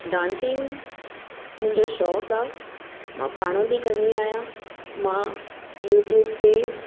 dancing मुंहिंजो शौंक़ु आहे मां पाण बि कंदी अहियां मां यूट्यूब ते